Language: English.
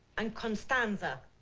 and constanza.